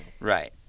Right